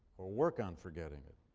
or work on forgetting it,